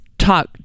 talk